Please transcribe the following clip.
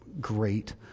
great